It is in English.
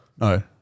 no